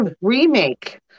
remake